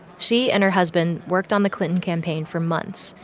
she and her husband worked on the clinton campaign for months,